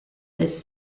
this